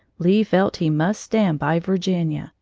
lee felt he must stand by virginia,